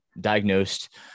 diagnosed